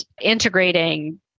integrating